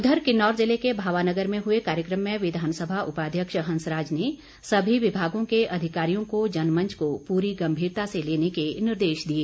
उधर किन्नौर जिले के भावानगर में हुए कार्यक्रम में विधानसभा उपाध्यक्ष हंसराज ने सभी विभागों के अधिकारियों को जनमंच को पूरी गम्भीरता से लेने के निर्देश दिए